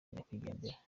nyakwigendera